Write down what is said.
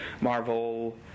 Marvel